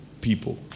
people